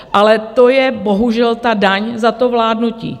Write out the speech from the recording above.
Ale to je bohužel ta daň za to vládnutí.